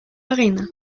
arena